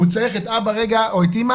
הוא צריך את אבא או את אימא.